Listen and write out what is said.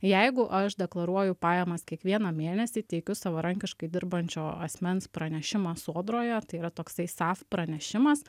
jeigu aš deklaruoju pajamas kiekvieną mėnesį teikiu savarankiškai dirbančio asmens pranešimą sodroje tai yra toksai sav pranešimas